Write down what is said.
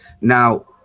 Now